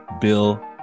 Bill